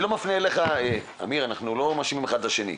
אני לא מפנה אליך אנחנו לא מאשימים אחד את השני.